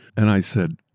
and i said,